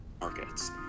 Markets